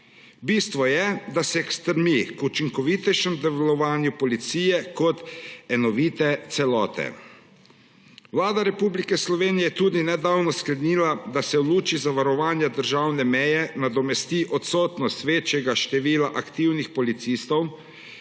Bistvo je, da se stremi k učinkovitejšemu delovanju policije kot enovite celote. Vlada Republike Slovenije je tudi nedavno sklenila, da se v luči zavarovanja državne meje nadomesti odsotnost večjega števila aktivnih policistov,